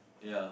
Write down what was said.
ya